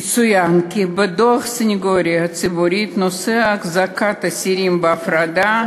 יצוין כי מדוח הסנגוריה הציבורית בנושא החזקת אסירים בהפרדה,